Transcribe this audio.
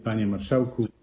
Panie Marszałku!